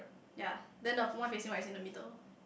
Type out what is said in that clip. yea then the one facing like in the middle